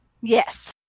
Yes